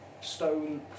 stone